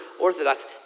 orthodox